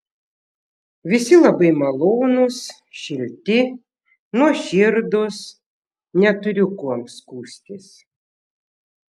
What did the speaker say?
visi labai malonūs šilti nuoširdūs neturiu kuom skųstis